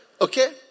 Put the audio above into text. Okay